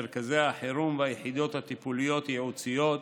מרכזי החירום והיחידות הטיפוליות-ייעוציות,